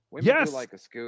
Yes